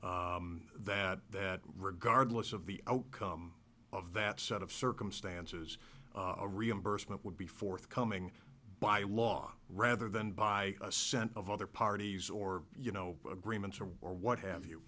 triggered that that regardless of the outcome of that set of circumstances a reimbursement would be forthcoming by law rather than by assent of other parties or you know agreements or or what have you